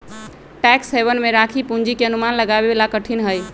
tax haven में राखी पूंजी के अनुमान लगावे ला कठिन हई